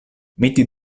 miti